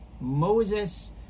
Moses